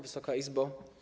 Wysoka Izbo!